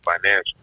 financial